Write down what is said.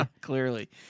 Clearly